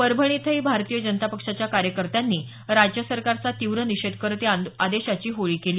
परभणी इथंही भारतीय जनता पक्षाच्या कार्यकर्त्यांनी राज्य सरकारचा तीव्र निषेध करत या आदेशाची होळी केली